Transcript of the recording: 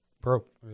broke